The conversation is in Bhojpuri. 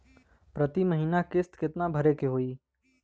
प्रति महीना किस्त कितना भरे के होई?